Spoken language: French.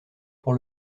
pour